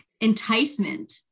enticement